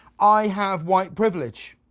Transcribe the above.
i have white privilege.